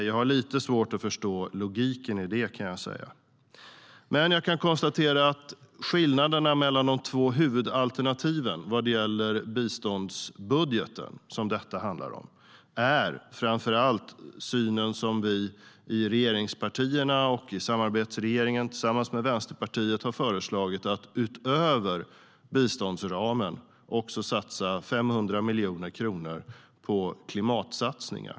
Jag har lite svårt att förstå logiken i det, kan jag säga. Jag kan dock konstatera att skillnaden mellan de två huvudalternativen för biståndsbudgeten, som detta handlar om, framför allt gäller den syn som vi i regeringspartierna i samarbetsregeringen tillsammans med Vänsterpartiet har föreslagit. Det innebär att vi utöver biståndsramen vill satsa 500 miljoner kronor på klimatsatsningar.